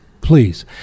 please